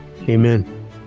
Amen